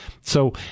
So-